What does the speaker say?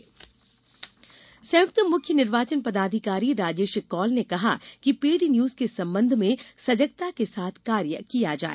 paid news संयुक्त मुख्य निर्वाचन पदाधिकारी राजेश कौल ने कहा है कि पेड न्यूज के संबंध में सजगता के साथ कार्य किया जाय